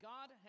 God